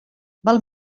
val